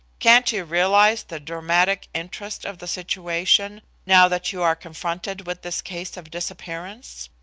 can't you realise the dramatic interest of the situation now that you are confronted with this case of disappearance?